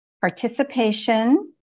participation